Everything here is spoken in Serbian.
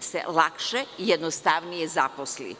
se lakše i jednostavnije zaposli.